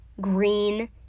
green